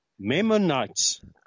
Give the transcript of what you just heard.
Memonites